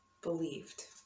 believed